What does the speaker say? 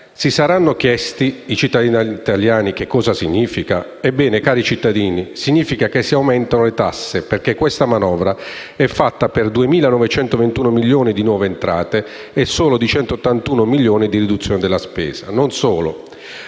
si saranno chiesti cosa significa. Ebbene, cari cittadini, significa che si aumentano le tasse, perché questa manovra è fatta per 2.921 milioni di nuove entrate e solo per 181 milioni di riduzione della spesa. Non solo,